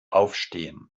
aufstehen